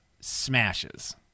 smashes